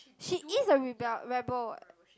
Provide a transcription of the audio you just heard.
she is a rebel rebel what